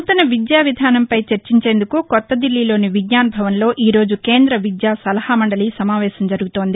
నూతన విద్యా విధానంపై చర్చించేందుకు కొత్తదిల్లీలోని విజ్ఞాన్ భవన్లో ఈ రోజు కేంద్ర విద్యా సలహా మండలి సమావేశం జరుగుతోంది